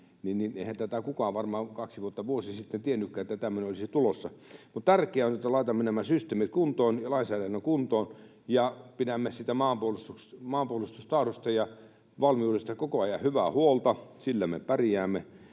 Eihän tätä kukaan varmaan kaksi vuotta, vuosi sitten tiennytkään, että tämmöinen olisi tulossa. Mutta tärkeää on, että laitamme nämä systeemit kuntoon ja lainsäädännön kuntoon, ja pidämme siitä maanpuolustustahdosta ja -valmiudesta koko ajan hyvää huolta. Sillä me pärjäämme.